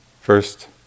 first